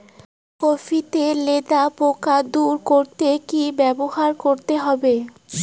Copy তে লেদা পোকা দূর করতে কি ব্যবহার করতে হবে?